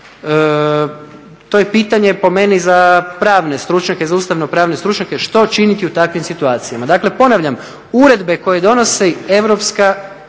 to je pitanje po meni za pravne stručnjake, za ustavno pravne stručnjake što činiti u takvim situacijama. Dakle ponavljam uredbe koje donosi Europska